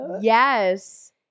yes